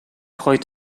gooit